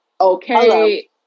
Okay